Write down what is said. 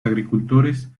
agricultores